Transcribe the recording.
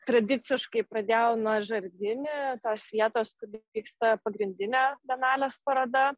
tradiciškai pradedėjau nuo žardini tos vietos kur vyksta pagrindinė bienalės paroda